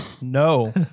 No